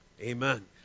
Amen